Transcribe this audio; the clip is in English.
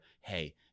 hey